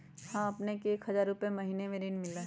हां अपने के एक हजार रु महीने में ऋण मिलहई?